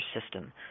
system